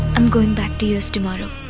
am going back to us tomorrow.